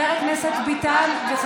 נגד אוסאמה סעדי, נגד מנסור עבאס, בעד